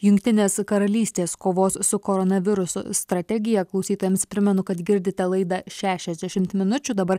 jungtinės karalystės kovos su koronavirusu strategija klausytojams primenu kad girdite laidą šešiasdešimt minučių dabar